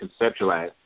conceptualize